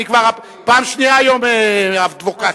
אני כבר פעם שנייה היום האדבוקט שלך.